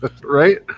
Right